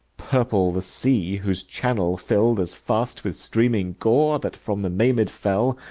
purple the sea, whose channel filled as fast with streaming gore, that from the maimed fell,